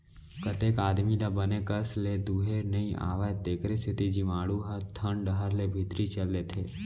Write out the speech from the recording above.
कतेक आदमी ल बने कस ले दुहे नइ आवय तेकरे सेती जीवाणु ह थन डहर ले भीतरी चल देथे